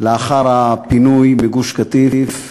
לאחר הפינוי מגוש-קטיף בשדולה,